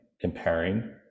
comparing